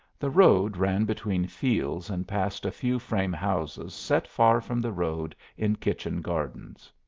the road ran between fields and past a few frame-houses set far from the road in kitchen gardens.